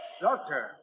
Doctor